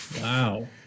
Wow